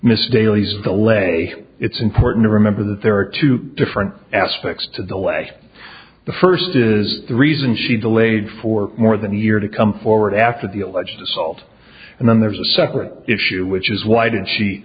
mrs daly's de lay it's important to remember that there are two different aspects to the way the first is the reason she delayed for more than a year to come forward after the alleged assault and then there's a separate issue which is why did she